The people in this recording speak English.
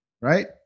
right